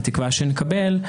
בתקווה שנקבל,